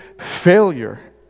failure